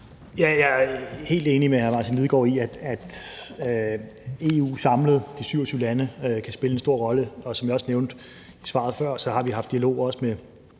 Lidegaard i, at EU samlet, de 27 lande, kan spille en stor rolle. Og som jeg nævnte i svaret før, har vi også haft dialog med